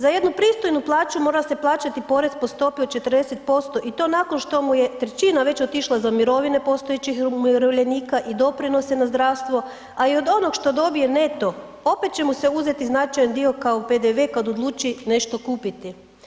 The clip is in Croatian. Za jednu pristojnu plaću mora se plaćati porez po stopi od 40% i to nakon što mu je trećina već otišla za mirovine postojećih umirovljenika i doprinose na zdravstvo, a i od onog što dobije neto, opet će mu se uzeti značajan dio kao PDV kad odluči nešto kupiti.